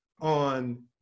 on